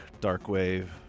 dark-wave